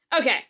Okay